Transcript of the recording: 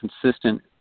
consistent